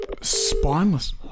spineless